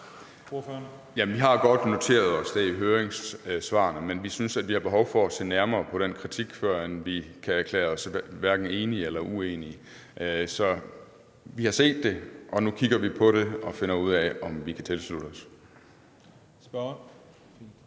Vi har noteret os det i høringssvarene. Men vi synes, vi har behov for at se nærmere på den kritik, før vi kan erklære os enige eller uenige. Vi har set det, og nu kigger vi på det og finder ud af, om vi kan tilslutte os.